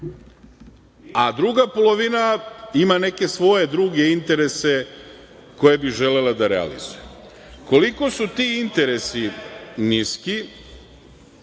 a druga polovina ima neke svoje druge interese koje bi želela da realizuje. Koliko su ti interesi niski